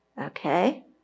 Okay